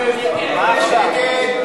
ההסתייגות של קבוצת סיעת